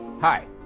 Hi